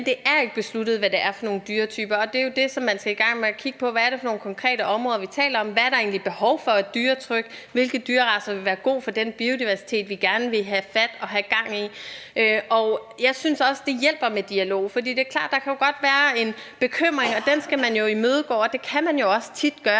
det er ikke besluttet, hvad det er for nogle dyretyper. Det, man skal i gang med at kigge på, er jo, hvad det er for nogle konkrete områder, vi taler om. Hvad er der egentlig behov for af dyretryk? Hvilke dyreracer vil være gode for den biodiversitet, vi gerne vil have fat i og gang i? Jeg synes også, at det hjælper med dialog, for det er klart, at der godt kan være en bekymring, og den skal man jo imødegå, og det kan man også tit gøre